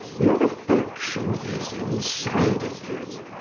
your affection is inside of you.